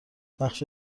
بخش